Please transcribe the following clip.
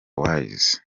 wise